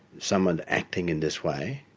someone acting in this way,